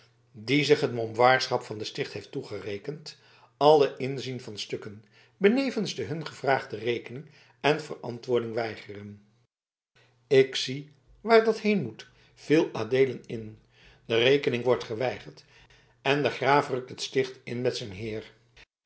die zich het momboirschap van het sticht heeft toegerekend alle inzien van stukken benevens de hun gevraagde rekening en verantwoording weigeren ik zie waar dat heen moet viel adeelen in de rekening wordt geweigerd en de graaf rukt het sticht in met zijn heir